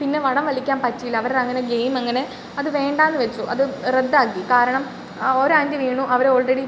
പിന്നെ വടം വലിക്കാൻ പറ്റിയില്ല അവരുടെ അങ്ങനെ ഗെയിം അങ്ങനെ അത് വേണ്ടാന്ന് വെച്ചു അത് റദ്ദാക്കി കാരണം ആ ഒരാൻറ്റി വീണു അവർ ഓൾറെഡി